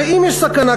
ואם יש סכנה,